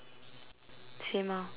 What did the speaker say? same ah